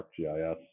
ArcGIS